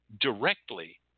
directly